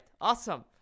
Awesome